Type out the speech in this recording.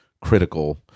critical